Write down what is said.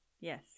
Yes